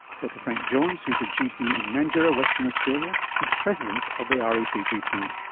dr frank jones, who's a gp in mandurah, western australia, is president of the ah racgp.